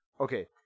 Okay